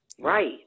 right